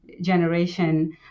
generation